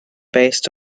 based